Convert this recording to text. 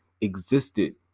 existed